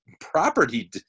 property